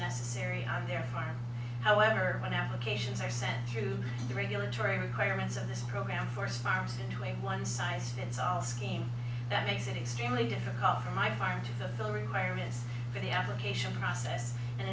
necessary on their farm however when applications are sent through the regulatory requirements of this program force farms into a one size fits all scheme that makes it extremely difficult for my farm to fulfill requirements for the application process and